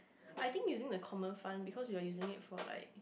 I think using the common fund because you're using it for like